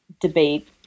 debate